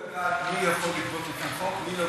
חשוב לדעת מי יכול לגבות לפי חוק ומי לא יכול.